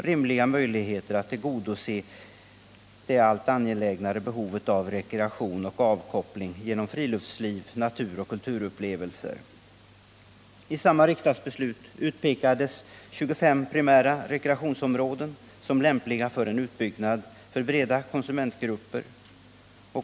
rimliga möjligheter att tillgodose det allt angelägnare behovet av rekreation och avkoppling genom friluftsliv, naturoch kulturupplevelser. I samma riksdagsbeslut utpekades 25 primära rekreationsområden som lämpliga för en utbyggnad för breda konsumentgrupper.